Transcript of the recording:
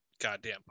goddamn